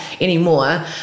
anymore